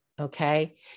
okay